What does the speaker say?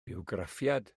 bywgraffiad